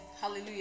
Hallelujah